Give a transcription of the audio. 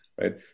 right